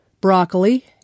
Broccoli